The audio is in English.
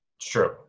True